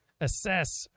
assess